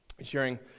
sharing